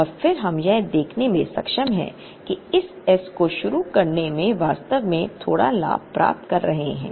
और फिर हम यह दिखाने में सक्षम हैं कि इस एस को शुरू करने से हम वास्तव में थोड़ा लाभ प्राप्त कर रहे हैं